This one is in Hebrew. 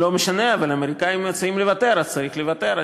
לא משנה, האמריקנים מציעים לוותר אז צריך לוותר.